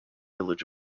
village